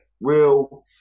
real